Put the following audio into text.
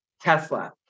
Tesla